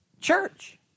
Church